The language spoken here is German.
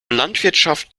landwirtschaft